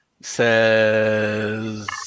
says